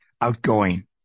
outgoing